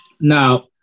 Now